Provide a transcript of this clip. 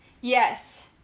Yes